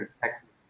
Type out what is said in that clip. Texas